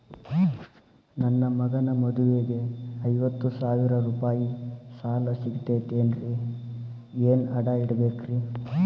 ನನ್ನ ಮಗನ ಮದುವಿಗೆ ಐವತ್ತು ಸಾವಿರ ರೂಪಾಯಿ ಸಾಲ ಸಿಗತೈತೇನ್ರೇ ಏನ್ ಅಡ ಇಡಬೇಕ್ರಿ?